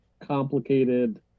complicated